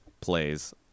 plays